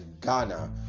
Ghana